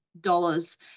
dollars